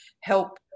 help